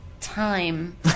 time